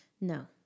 no